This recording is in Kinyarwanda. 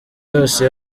yose